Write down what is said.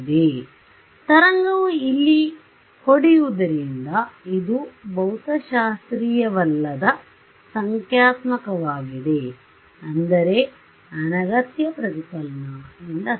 ಆದ್ದರಿಂದ ತರಂಗವು ಇಲ್ಲಿ ಬಡಿಯುವುದರಿಂದ ಇದು ಭೌತಶಾಸ್ತ್ರೀಯವಲ್ಲದ ಸಂಖ್ಯಾತ್ಮಕವಾಗಿದೆ ಅಂದರೆ ಅನಗತ್ಯ ಪ್ರತಿಫಲನ ಎಂದರ್ಥ